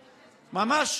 על מה כעסתי?